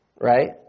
right